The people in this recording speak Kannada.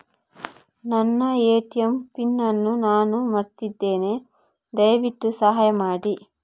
ನನ್ನ ಎ.ಟಿ.ಎಂ ಪಿನ್ ಅನ್ನು ನಾನು ಮರ್ತಿದ್ಧೇನೆ, ದಯವಿಟ್ಟು ಸಹಾಯ ಮಾಡಿ